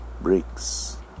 bricks